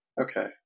Okay